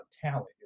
talent